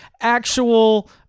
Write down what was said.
actual